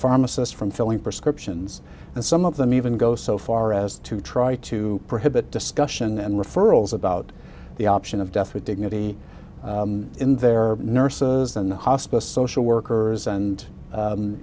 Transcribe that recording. pharmacist from filling prescriptions and some of them even go so far as to try to prohibit discussion and referrals about the option of death with dignity in their nurses and the hospice social workers and